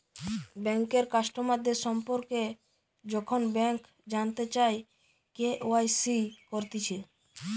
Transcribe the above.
বেঙ্কের কাস্টমারদের সম্পর্কে যখন ব্যাংক জানতে চায়, সে কে.ওয়াই.সি করতিছে